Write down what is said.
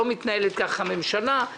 לא מתנהלת כך הממשלה.